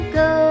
go